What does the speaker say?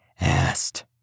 asked